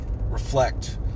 reflect